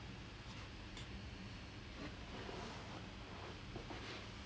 err என்னோட:ennoda writers wing I_C krithikah னு சொல்லிட்டு அவங்கே:nu sollittu avangae